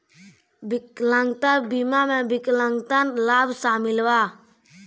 विकलांगता बीमा में विकलांगता लाभ शामिल बा